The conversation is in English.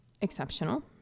exceptional